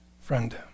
Friend